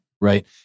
Right